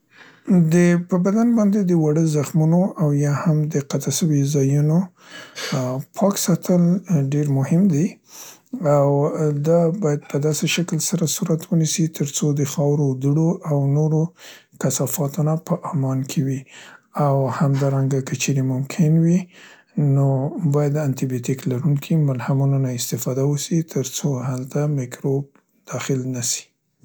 د، په بدن باندې د واړه زخمونو یا هم د قطع سوي ځایونو، ا، پاک ساتل ډير مهم دي او دا باید په داسې شکل سره صورت ونیسي تر د خاورو، دوړو او نورو کثافاتو نه په امان کې وي او همدارنګه که چیرې ممکن وي نو باید انتي بیوتیکو لرونکو ملهمونونه استفاده وسي تر څو هلته مکروب داخل نسي.